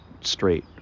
straight